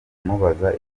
kumubaza